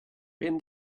paint